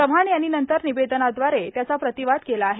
चव्हाण यांनी नंतर निवदनाद्वारे त्याचा प्रतिवाद केला आहे